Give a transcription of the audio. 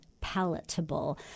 palatable